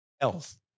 health